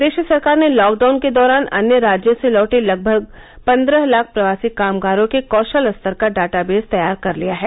प्रदेश सरकार ने लॉकडाउन के दौरान अन्य राज्यों से लौटे लगभग पन्द्रह लाख प्रवासी कामगारों के कौशल स्तर का डेटाबेस तैयार कर लिया है